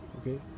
Okay